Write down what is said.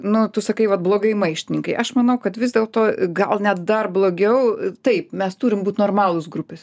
nu tu sakai vat blogai maištininkai aš manau kad vis dėlto gal net dar blogiau taip mes turim būt normalūs grupės